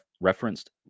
referenced